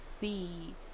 see